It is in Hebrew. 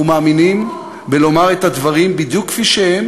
אנחנו מאמינים בלומר את הדברים בדיוק כפי שהם